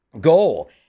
goal